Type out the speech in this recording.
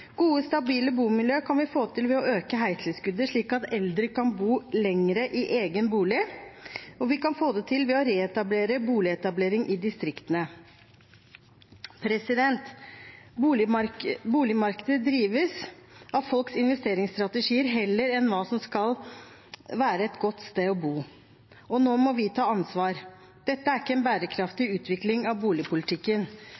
Gode og stabile bomiljø kan vi få til ved å øke heistilskuddet slik at eldre kan bo lenger i egen bolig, og vi kan få det til ved å reetablere boligetablering i distriktene. Boligmarkedet drives av folks investeringsstrategier heller enn hva som skal være et godt sted å bo. Nå må vi ta ansvar. Dette er ikke en